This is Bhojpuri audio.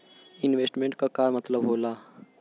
इन्वेस्टमेंट क का मतलब हो ला?